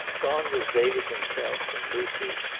gone was david himself, and lucy.